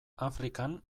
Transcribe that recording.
afrikan